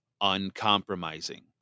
uncompromising